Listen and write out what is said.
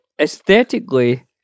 aesthetically